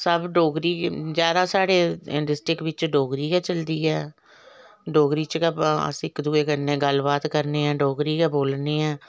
सब डोगरी गै ज्यादा साढ़े डिस्ट्रिक्ट बिच डोगरी गै चलदी ऐ डोगरी च गै अस इक दुए कन्नै गल्ल बात करने आं डोगरी गै बोलने आं